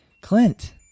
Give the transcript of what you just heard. Clint